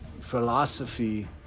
philosophy